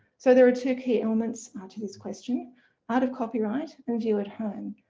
so there are two key elements to this question out of copyright and view at home.